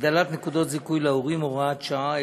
(הגדלת נקודות זיכוי להורים, הוראה שעה),